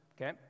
okay